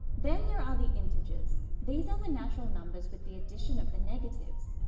then there are the integers. these are the natural numbers with the addition of the negatives.